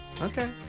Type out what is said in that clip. Okay